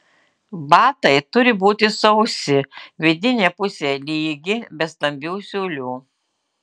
batai turi būti sausi vidinė pusė lygi be stambių siūlių